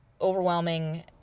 overwhelming